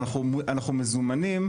אנחנו מזומנים,